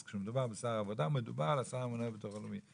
אז כשמדובר בשר העבודה מדובר על השר הממונה על הביטוח הלאומי.